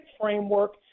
framework